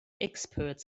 experts